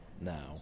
now